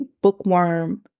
bookworm